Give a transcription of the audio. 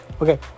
Okay